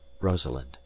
rosalind